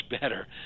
better